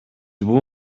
бул